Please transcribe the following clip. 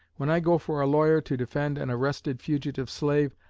when i go for a lawyer to defend an arrested fugitive slave,